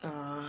uh